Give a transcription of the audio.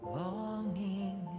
longing